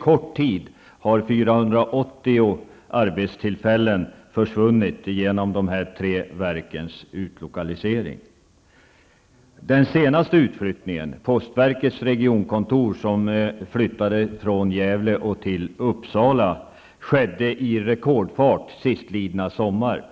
kort tid har 480 arbetstillfällen försvunnit genom de här tre verkens utlokalisering. Uppsala -- skedde i rekordfart sistlidna sommar.